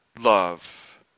love